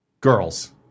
Girls